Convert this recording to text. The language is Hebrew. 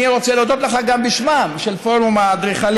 אני רוצה להודות לכם גם בשמם של פורום האדריכלים.